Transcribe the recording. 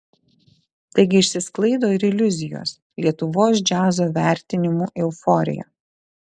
taigi išsisklaido ir iliuzijos lietuvos džiazo vertinimų euforija